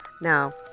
Now